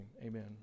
amen